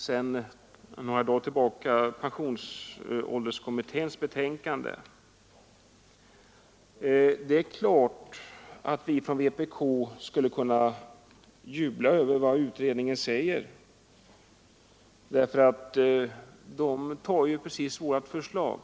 Sedan några dagar tillbaka föreligger pensionsålderskommitténs betänkande. Det är klart att vi från vpk skulle kunna jubla över vad utredningen säger, därför att utredningen tar ju precis vårt förslag.